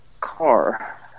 car